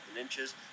inches